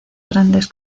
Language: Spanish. grandes